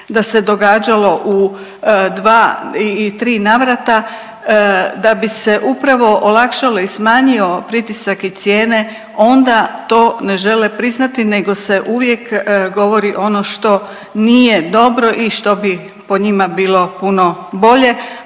da se događalo u dva i tri navrata da bi se upravo olakšao i smanjio pritisak i cijene onda to ne žele priznati nego se uvijek govori ono što nije dobro i što bi po njima bilo puno bolje,